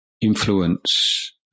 influence